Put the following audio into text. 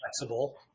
flexible